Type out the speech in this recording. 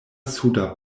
suda